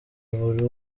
buri